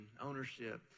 ownership